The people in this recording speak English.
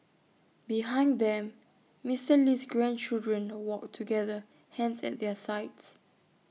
behind them Mister Lee's grandchildren walked together hands at their sides